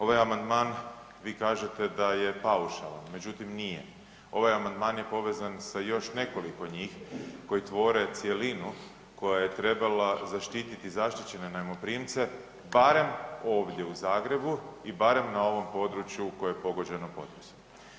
Ovaj amandman, vi kažete da je paušalan, međutim, nije, ovaj amandman je povezan sa još nekoliko njih koji tvore cjelinu koja je trebala zaštititi zaštićene najmoprimce barem ovdje u Zagrebu i barem na ovom području koje je pogođeno potresom.